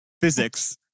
physics